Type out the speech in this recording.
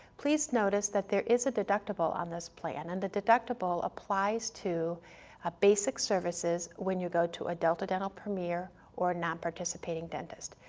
please notice that there is a deductible on this plan and the deductible applies to ah basic services when you go to a delta dental premier or nonparticipating dentist.